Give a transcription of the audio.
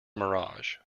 mirage